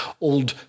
old